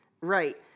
Right